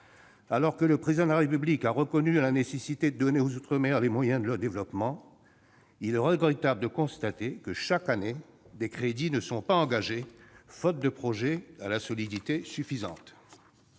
Alors que le Président de la République a reconnu la nécessité de donner aux outre-mer les moyens de leur développement, il est regrettable de constater que, chaque année, des crédits ne sont pas engagés ... Non :« pas consommés »!...